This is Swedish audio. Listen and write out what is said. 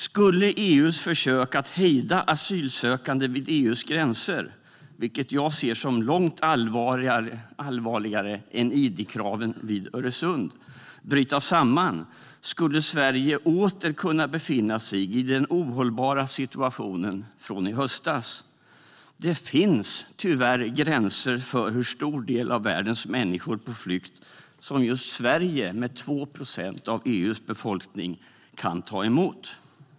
Skulle EU:s försök att hejda asylsökande vid EU:s gränser, vilket jag ser som långt allvarligare än id-kraven vid Öresund, bryta samman skulle Sverige åter kunna befinna sig i den ohållbara situationen från i höstas. Det finns tyvärr gränser för hur stor del av världens människor på flykt som just Sverige, med 2 procent av EU:s befolkning, kan ta emot.